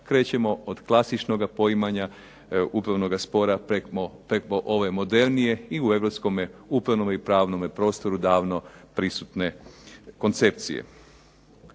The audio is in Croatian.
krećemo od klasičnoga poimanja upravnoga spora preko ove modernije, i u europskome upravnome i pravnome prostoru davno prisutne koncepcije.